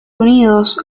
unidos